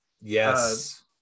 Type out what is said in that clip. Yes